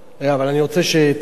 אבל אני רוצה שתקשיב,